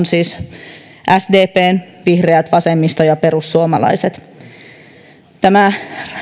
siis sdp vihreät vasemmisto ja perussuomalaiset tämä